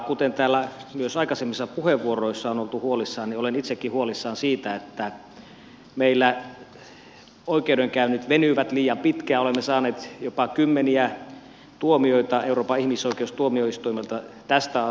kuten täällä myös aikaisemmissa puheenvuoroissa on oltu huolissaan niin olen itsekin huolissani siitä että meillä oikeudenkäynnit venyvät liian pitkään ja olemme saaneet jopa kymmeniä tuomioita euroopan ihmisoikeustuomioistuimelta tästä asiasta